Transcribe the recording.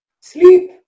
Sleep